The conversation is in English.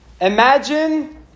Imagine